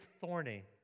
thorny